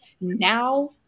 now